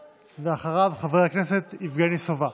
אחריו, חבר הכנסת יבגני סובה.